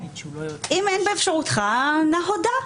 אם אין באפשרותך, נא הודע.